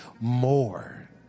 more